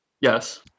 Yes